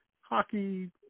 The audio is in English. hockey